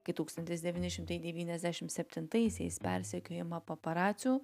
kai tūkstantis devyni šimtai devyniasdešim septintaisiais persekiojama paparacių